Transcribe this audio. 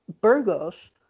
burgos